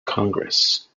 congress